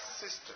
sister